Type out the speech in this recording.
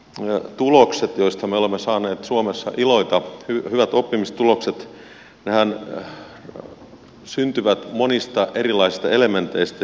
hyvät oppimistulokset joista me olemme saaneet suomessa iloita syntyvät monista erilaisista elementeistä